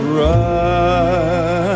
right